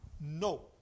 no